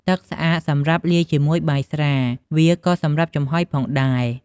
ទឹកស្អាត សម្រាប់លាយជាមួយបាយស្រា វាក៏សម្រាប់ចំហុយផងដែរ។